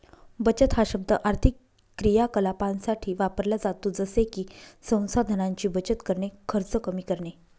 बचत हा शब्द आर्थिक क्रियाकलापांसाठी वापरला जातो जसे की संसाधनांची बचत करणे, खर्च कमी करणे